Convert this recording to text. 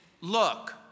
look